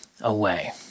away